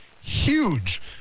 huge